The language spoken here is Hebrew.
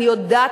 אני יודעת,